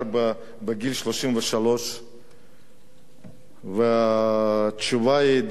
בגיל 33. והתשובה היא די פשוטה,